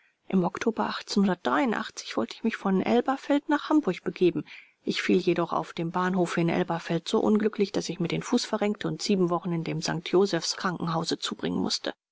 im oktober wollte ich mich von elberfeld nach hamburg begeben ich fiel jedoch auf dem bahnhofe in elberfeld so unglücklich daß ich mir den fuß verrenkte und wochen in dem st josephs krankenhause zubringen mußte